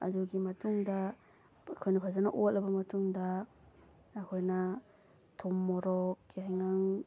ꯑꯗꯨꯒꯤ ꯃꯇꯨꯡꯗ ꯑꯩꯈꯣꯏꯅ ꯐꯖꯅ ꯑꯣꯠꯂꯕ ꯃꯇꯨꯡꯗ ꯑꯩꯈꯣꯏꯅ ꯊꯨꯝ ꯃꯣꯔꯣꯛ ꯌꯥꯏꯉꯪ